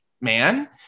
man